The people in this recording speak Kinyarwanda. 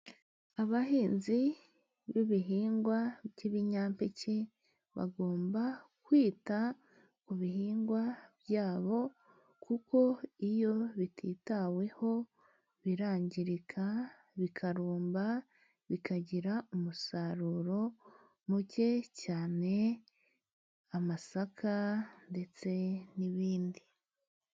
Abahinzi b'ibihingwa by'ibinyampeke, bagomba kwita ku bihingwa byabo kuko iyo bititaweho birangirika, bikarumba bikagira umusaruro muke cyane, nk'amasaka ndetse n'ibindi.